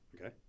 Okay